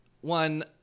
one